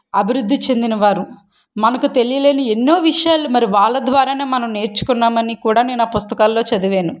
అభివృద్ధి చెందినవారు మనకు తెలియలేని ఎన్నో విషయాలు మరి వాళ్ళ ద్వారా మనం నేర్చుకున్నాం అని కూడా నేను ఆ పుస్తకాలలో చదివాను